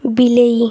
ବିଲେଇ